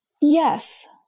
yes